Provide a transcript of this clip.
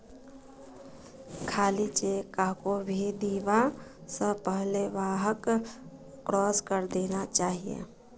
खाली चेक कहाको भी दीबा स पहले वहाक क्रॉस करे देना चाहिए